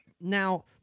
Now